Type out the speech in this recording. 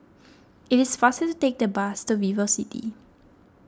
it is faster to take the bus to VivoCity